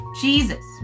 Jesus